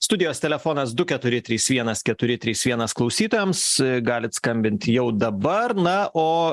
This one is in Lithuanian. studijos telefonas du keturi trys vienas keturi trys vienas klausytojams galit skambint jau dabar na o